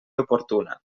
oportuna